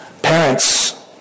Parents